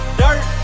dirt